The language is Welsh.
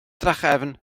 drachefn